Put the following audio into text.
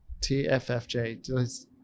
TFFJ